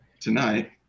tonight